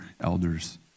elders